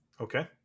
Okay